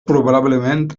probablement